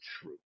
true